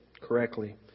correctly